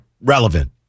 relevant